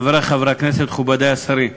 חברי חברי הכנסת, מכובדי השרים,